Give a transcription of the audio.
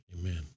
Amen